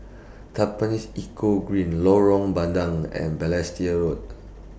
Tampines Eco Green Lorong Bandang and Balestier Road